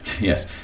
Yes